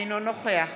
אינו נוכח